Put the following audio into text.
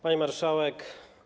Pani Marszałek!